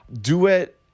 Duet